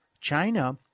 China